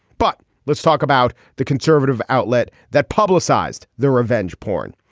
but let's talk about the conservative outlet that publicized the revenge porn.